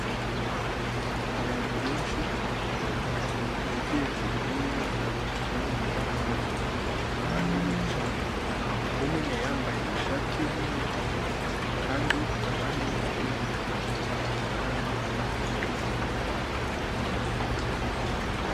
Abantu benshi begereye imeza bamwe bahagaze, abandi bicaye umwe yambaye ishati y'umweru, kandi abandi bafite amakaramu mu ntoki bari kwandika mu bitabo.